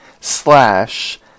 Slash